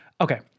Okay